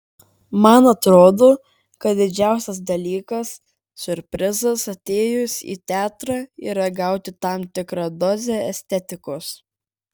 man atrodo kad didžiausias dalykas siurprizas atėjus į teatrą yra gauti tam tikrą dozę estetikos